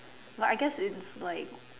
but I guess it's like